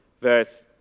verse